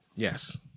Yes